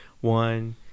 One